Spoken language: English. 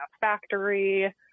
factory